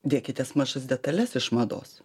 dėkitės mažas detales iš mados